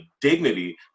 dignity